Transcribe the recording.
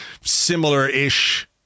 similar-ish